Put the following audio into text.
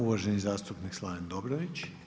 Uvaženi zastupnik Slaven Dobrović.